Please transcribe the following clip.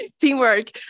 teamwork